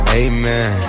amen